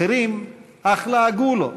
אחרים אך לעגו לו,